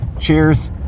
cheers